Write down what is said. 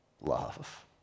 Love